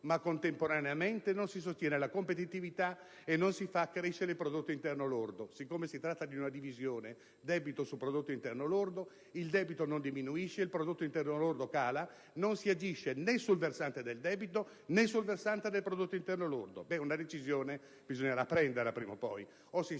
e, contemporaneamente, non si sostiene la competitività e non si fa crescere il prodotto interno lordo. Siccome si tratta di una divisione (debito su prodotto interno lordo) il debito non diminuisce, il prodotto interno lordo cala e non si agisce né sul versante del debito, né sul versante del prodotto interno lordo. Una decisione bisognerà prenderla prima o poi,